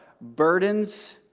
burdens